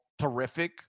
terrific